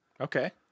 okay